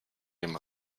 dem